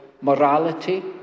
morality